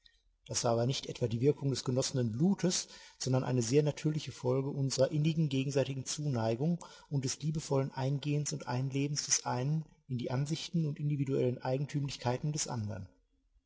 das war aber nicht etwa die wirkung des genossenen blutes sondern eine sehr natürliche folge unserer innigen gegenseitigen zuneigung und des liebevollen eingehens und einlebens des einen in die ansichten und individuellen eigentümlichkeiten des andern